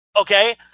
okay